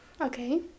Okay